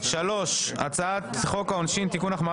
3. הצעת חוק העונשין (תיקון - החמרת